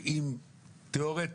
תיאורטית,